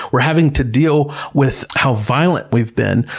we're having to deal with how violent we've been,